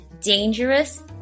dangerous